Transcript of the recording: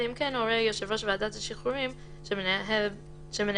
אלא אם כן הורה יושב ראש ועדת שחרורים שמנהל בתי